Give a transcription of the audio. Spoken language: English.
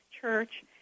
church